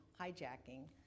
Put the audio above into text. hijacking